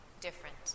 different